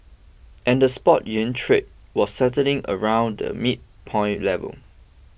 and the spot yuan trade was settling around the midpoint level